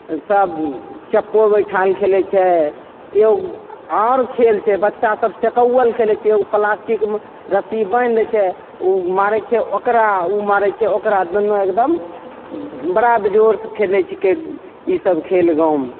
सब चप्पो बैठाल खेलय छै एगो आरो खेल छै बच्चा सब सेकौवल खेलय छै एगो प्लास्टिकमे रस्सी बाँधि दै छै उ मारय छै ओकरा उ मारय छै ओकरा दुन्नो एकदम बड़ा बेजोड़सँ खेलय छीकै ई सब खेल गाँवमे